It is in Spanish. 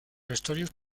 vestuarios